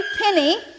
penny